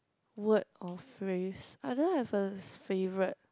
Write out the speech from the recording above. word or phrase I don't have a f~ favorite